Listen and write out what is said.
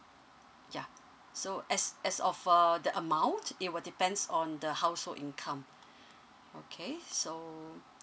ya so as as of uh the amount it will depends on the household income okay so